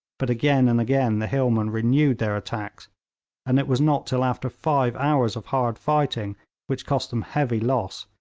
but again and again the hillmen renewed their attacks and it was not till after five hours of hard fighting which cost them heavy loss,